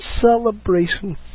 Celebration